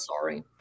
sorry